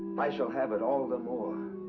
i shall have it all the more,